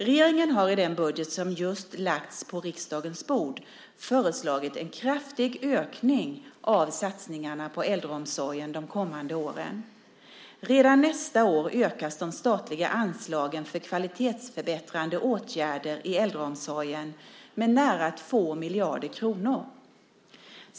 Regeringen har i den budget som just lagts på riksdagens bord föreslagit en kraftig ökning av satsningarna på äldreomsorgen de kommande åren. Redan nästa år ökas de statliga anslagen för kvalitetsförbättrande åtgärder i äldreomsorgen med nära 2 miljarder kronor.